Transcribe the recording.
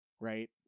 right